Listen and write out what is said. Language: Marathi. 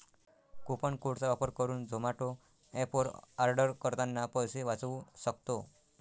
कुपन कोड चा वापर करुन झोमाटो एप वर आर्डर करतांना पैसे वाचउ सक्तो